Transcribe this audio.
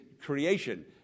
creation